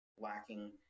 lacking